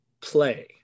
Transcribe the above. play